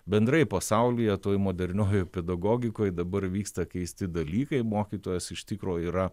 bendrai pasaulyje toj moderniojoj pedagogikoj dabar vyksta keisti dalykai mokytojas iš tikro yra